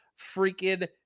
freaking